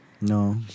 No